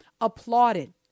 applauded